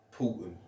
Putin